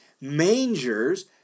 mangers